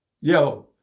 Yo